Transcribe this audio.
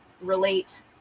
relate